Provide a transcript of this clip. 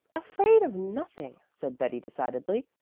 afraid of nothing, said betty decidedly.